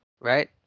right